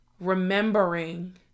remembering